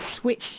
switch